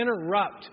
interrupt